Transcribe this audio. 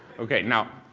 ok, now,